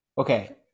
Okay